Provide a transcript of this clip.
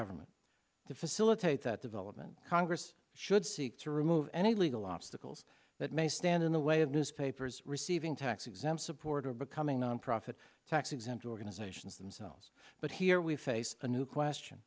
government to facilitate that development congress should seek to remove any legal obstacles that may stand in the way of newspapers receiving tax exempt support or becoming nonprofit tax exempt organizations themselves but here we face a new question